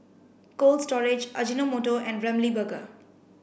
Cold Storage Ajinomoto and Ramly Burger